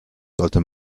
sollte